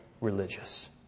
religious